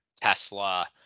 Tesla